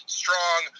strong